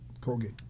Colgate